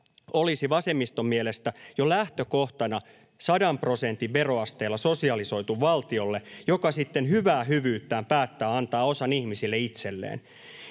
olisi vasemmiston mielestä jo lähtökohtana 100 prosentin veroasteella sosialisoitu valtiolle, joka sitten hyvää hyvyyttään päättää antaa osan ihmisille itselleen.